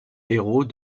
héros